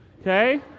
Okay